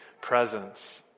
presence